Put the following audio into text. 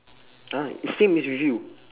!huh! it's same as with you